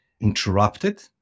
interrupted